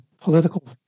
political